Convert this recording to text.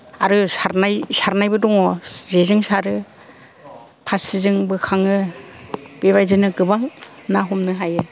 आरो सारनाय सारनायबो दङ जेजों सारो फास्रिजों बोखाङो बेबायदिनो गोबां ना हमनो हायो